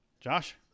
Josh